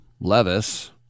Levis